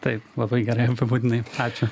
taip labai gerai apibūdinai ačiū